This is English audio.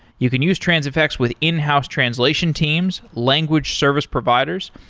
you can use transifex with in-house translation teams, language service providers.